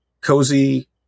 cozy